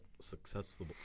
Successful